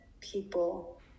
people